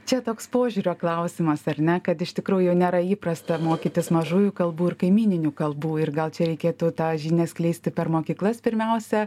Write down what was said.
čia toks požiūrio klausimas ar ne kad iš tikrųjų nėra įprasta mokytis mažųjų kalbų ir kaimyninių kalbų ir gal čia reikėtų tą žinią skleisti per mokyklas pirmiausia